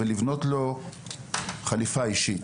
ולבנות לו חליפה אישית.